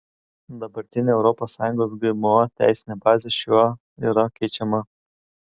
dabartinė europos sąjungos gmo teisinė bazė šiuo yra keičiama